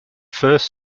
first